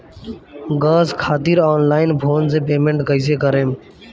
Gas खातिर online phone से payment कैसे करेम?